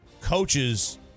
Coaches